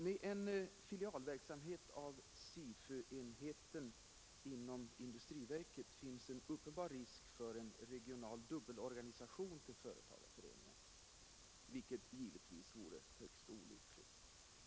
Med en filialverksamhet av SIFU-enheten inom industriverket finns en uppenbar risk för en regional dubbelorganisation till företagareföreningarna, vilket givetvis vore högst olyckligt.